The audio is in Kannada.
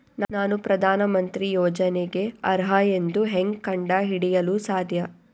ನಾನು ಪ್ರಧಾನ ಮಂತ್ರಿ ಯೋಜನೆಗೆ ಅರ್ಹ ಎಂದು ಹೆಂಗ್ ಕಂಡ ಹಿಡಿಯಲು ಸಾಧ್ಯ?